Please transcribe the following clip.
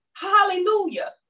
Hallelujah